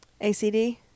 ACD